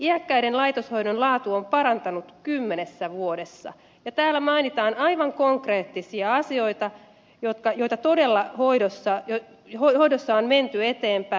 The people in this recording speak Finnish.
iäkkäiden laitoshoidon laatu on parantunut kymmenessä vuodessa ja täällä mainitaan aivan konkreettisia asioita joissa todella hoidossa on menty eteenpäin